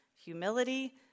humility